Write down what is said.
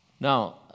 Now